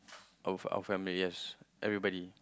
of our family yes everybody